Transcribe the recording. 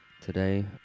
today